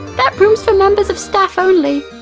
that room is for members of staff only.